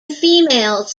females